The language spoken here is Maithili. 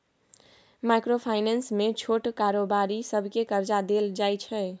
माइक्रो फाइनेंस मे छोट कारोबारी सबकेँ करजा देल जाइ छै